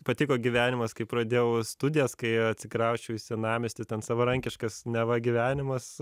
patiko gyvenimas kai pradėjau studijas kai atsikrausčiau į senamiestį ten savarankiškas neva gyvenimas